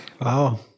Wow